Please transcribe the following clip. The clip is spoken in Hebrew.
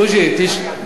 בוז'י,